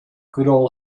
goodall